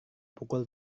pukul